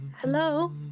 hello